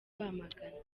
rwamagana